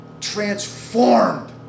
transformed